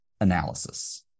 analysis